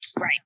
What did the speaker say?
Right